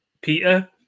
Peter